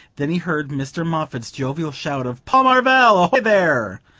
then he heard mr. moffatt's jovial shout of paul marvell, ahoy there!